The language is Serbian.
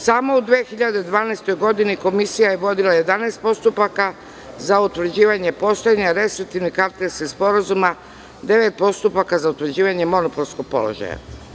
Samo u 2012. godini Komisija je vodila 11 postupaka za utvrđivanje postojanja restriktivnog kartelskog sporazuma, devet postupaka za utvrđivanje monopolskog položaja.